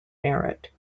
merit